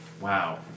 Wow